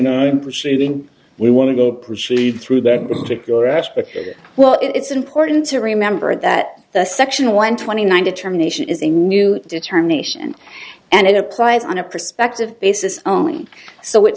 nine proceeding we wanted to proceed through that particular aspect well it's important to remember that the section one twenty nine determination is a new determination and it applies on a prospective basis only so it